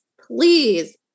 Please